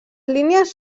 línies